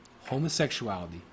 Homosexuality